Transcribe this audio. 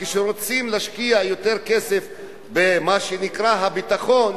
כשרוצים להשקיע יותר כסף במה שנקרא "הביטחון",